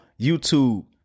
youtube